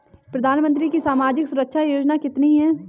प्रधानमंत्री की सामाजिक सुरक्षा योजनाएँ कितनी हैं?